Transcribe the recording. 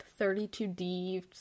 32D